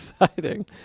exciting